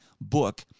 book